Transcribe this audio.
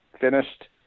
finished